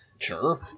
Sure